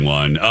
one